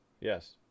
Yes